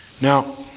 Now